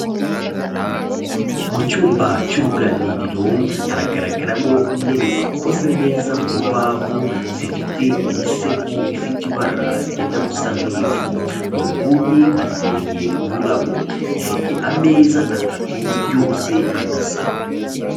Mu cyumba cy'uruganiriro haragaragaramo intebe zikoze neza mu rubaho zifite imisego ifite ibara ryenda gusa nk'ivu, mu nguni hateye ururabo, ifite ameza atatu yose adasa.